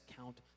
count